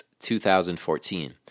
2014